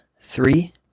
three